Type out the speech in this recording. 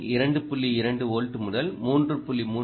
2 volt முதல் 3